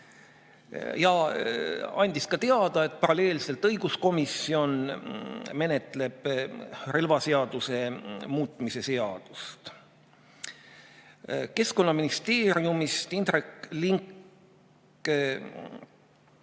Ta andis ka teada, et paralleelselt õiguskomisjon menetleb relvaseaduse muutmise seaduse eelnõu. [Sise]ministeeriumist Indrek Link